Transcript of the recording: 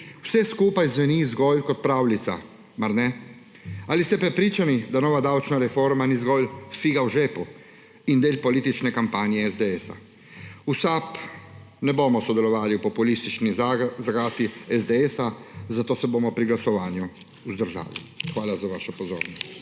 Vse skupaj zveni zgolj kot pravljica, mar ne? Ali ste prepričani, da nova davčna reforma ni zgolj figa v žepu in del politične kampanje SDS? V SAB ne bomo sodelovali v populistični zagati SDS, zato se bomo pri glasovanju vzdržali. Hvala za vašo pozornost.